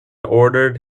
ordered